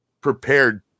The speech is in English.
prepared